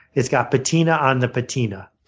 it's got patina on the patina.